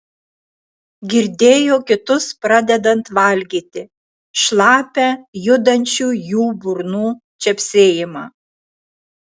girdėjo kitus pradedant valgyti šlapią judančių jų burnų čepsėjimą